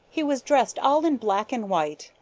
he was dressed all in black and white.